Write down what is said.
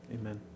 Amen